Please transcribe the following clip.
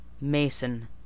Mason